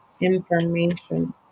information